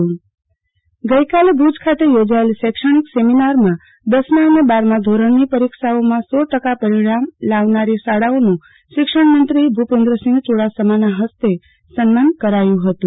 આરતી ભટ શિક્ષણમંત્રી ગઈકાલે ભુજ ખાતે યોજાયેલા શૈક્ષણિક સેમિનારમાં દશમા અને બારમા ધોરણની પરીક્ષાઓમાં સો ટકા પરિણામ લાવનાર શાળાઓન શિક્ષણમંત્રો ભુપેન્દ્રસિંહ ચુડાસમાના હસ્તે સન્માન કરાયું હતુ